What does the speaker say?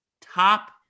top